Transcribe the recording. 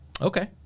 Okay